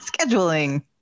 scheduling